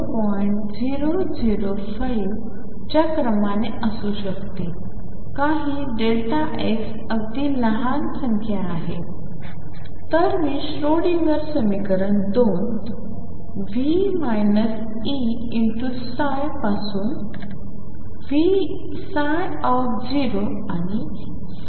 005 च्या क्रमाने असू शकते काही Δx अगदी लहान संख्या आहे This is another cycle we have completed this m should be way away and now I can build up the solution and so on